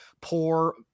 poor